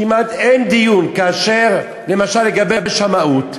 כמעט אין דיון, כאשר למשל לגבי שמאות,